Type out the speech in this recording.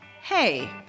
Hey